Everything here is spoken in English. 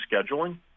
scheduling